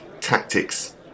tactics